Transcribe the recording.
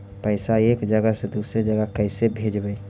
पैसा एक जगह से दुसरे जगह कैसे भेजवय?